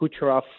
Kucherov